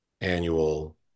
annual